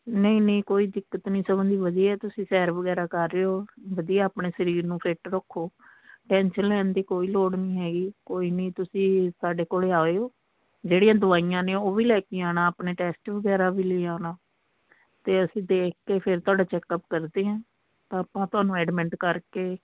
ਨਹੀਂ ਨਹੀਂ ਕੋਈ ਦਿੱਕਤ ਨਹੀਂ ਸਗੋਂ ਦੀ ਵਧੀਆ ਆ ਤੁਸੀਂ ਸੈਰ ਵਗੈਰਾ ਕਰ ਰਹੇ ਹੋ ਵਧੀਆ ਆਪਣੇ ਸਰੀਰ ਨੂੰ ਫਿੱਟ ਰੱਖੋ ਟੈਂਸ਼ਨ ਲੈਣ ਦੀ ਕੋਈ ਲੋੜ ਨਹੀਂ ਹੈਗੀ ਕੋਈ ਨਹੀਂ ਤੁਸੀਂ ਸਾਡੇ ਕੋਲ ਆਇਓ ਜਿਹੜੀਆਂ ਦਵਾਈਆਂ ਨੇ ਉਹ ਵੀ ਲੈ ਕੇ ਆਉਣਾ ਆਪਣੇ ਟੈਸਟ ਵਗੈਰਾ ਵੀ ਲੈ ਆਉਣਾ ਅਤੇ ਅਸੀਂ ਦੇਖ ਕੇ ਫਿਰ ਤੁਹਾਡਾ ਚੈੱਕਅੱਪ ਕਰਦੇ ਹਾਂ ਆਪਾਂ ਤੁਹਾਨੂੰ ਐਡਮਿੰਟ ਕਰਕੇ